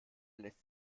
lässt